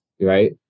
right